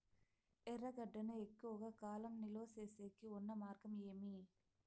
ఎర్రగడ్డ ను ఎక్కువగా కాలం నిలువ సేసేకి ఉన్న మార్గం ఏమి?